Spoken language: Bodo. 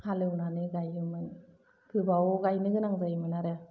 हालेवनानै गायोमोन गोबाव गायनो गोनां जायोमोन आरो